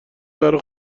درو